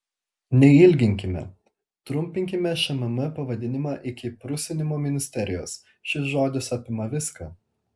neilginkime trumpinkime šmm pavadinimą iki prusinimo ministerijos šis žodis apima viską